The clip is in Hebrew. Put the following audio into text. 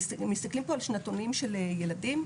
מסתכלים פה על שנתונים של ילדים,